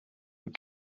and